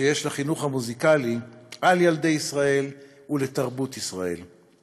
שיש לחינוך המוזיקלי על ילדי ישראל ועל תרבות ישראל.